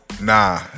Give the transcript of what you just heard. Nah